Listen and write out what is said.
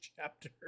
chapter